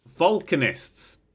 Volcanists